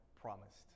promised